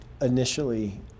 Initially